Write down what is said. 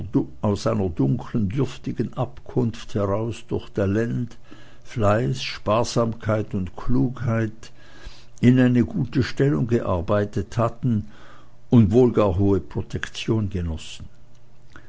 aus einer dunklen dürftigen abkunft heraus durch talent fleiß sparsamkeit und klugheit in eine gute stellung gearbeitet hatten und wohl gar hohe protektion genossen